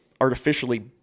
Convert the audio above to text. artificially